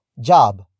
job